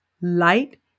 light